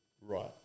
right